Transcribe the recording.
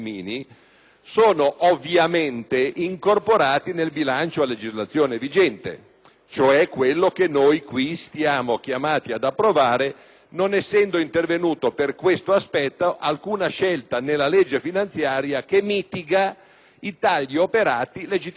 cioè quello che siamo oggi chiamati ad approvare, non essendo intervenuta per questo aspetto alcuna scelta nella legge finanziaria che mitiga i tagli operati legittimamente sul piano politico - ci mancherebbe - e legittimamente sul piano tecnico con quelle decisioni.